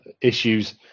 issues